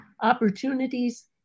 opportunities